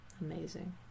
Amazing